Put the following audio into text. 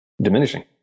diminishing